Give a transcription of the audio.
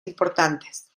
importantes